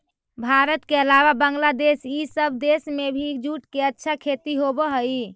भारत के अलावा बंग्लादेश इ सब देश में भी जूट के अच्छा खेती होवऽ हई